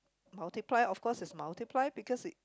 multiply of course it's multiply because it